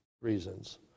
reasons